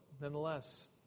nonetheless